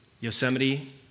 Yosemite